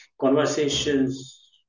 conversations